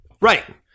Right